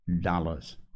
dollars